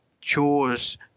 chores